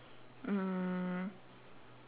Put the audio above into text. mm